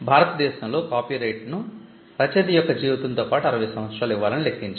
భారతదేశంలో కాపీరైట్ ను రచయిత యొక్క జీవితంతో పాటు 60 సంవత్సరాలు ఇవ్వాలని లెక్కించారు